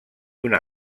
una